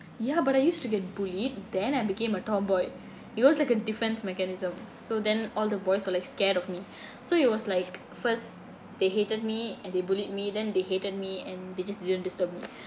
ya but I used to get bullied then I became a tomboy it was like a defence mechanism so then all the boys were like scared of me so it was like first they hated me and they bullied me then they hated me and they just didn't disturb me